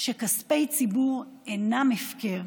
כספי ציבור אינם הפקר.